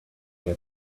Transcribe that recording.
had